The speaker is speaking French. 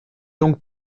donc